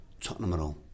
Tottenham